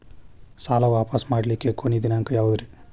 ಸಾಲಾ ವಾಪಸ್ ಮಾಡ್ಲಿಕ್ಕೆ ಕೊನಿ ದಿನಾಂಕ ಯಾವುದ್ರಿ?